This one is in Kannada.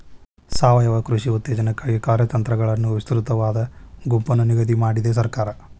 ಸಾವಯವ ಕೃಷಿ ಉತ್ತೇಜನಕ್ಕಾಗಿ ಕಾರ್ಯತಂತ್ರಗಳನ್ನು ವಿಸ್ತೃತವಾದ ಗುಂಪನ್ನು ನಿಗದಿ ಮಾಡಿದೆ ಸರ್ಕಾರ